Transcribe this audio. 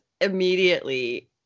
immediately